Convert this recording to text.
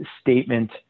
statement